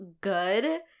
good